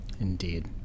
Indeed